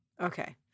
Okay